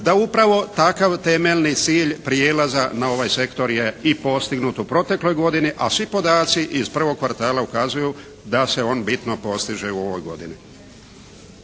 da upravo takav temeljni cilj prijelaza na ovaj sektor je i postignut u protekloj godini, a svi podaci iz prvog kvartala ukazuju da se on bitno postiže u ovoj godini.